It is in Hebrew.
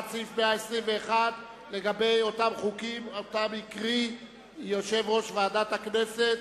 סעיף 121 לגבי החוקים שהקריא יושב-ראש ועדת הכנסת.